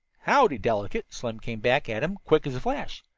howdy, delicate? slim came back at him, quick as a flash.